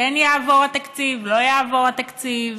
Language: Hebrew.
כן יעבור התקציב, לא יעבור התקציב.